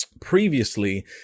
Previously